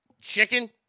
Chicken